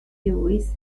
lewis